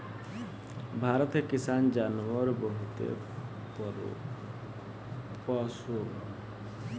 भारत के किसान जानवर बहुते पोसेलन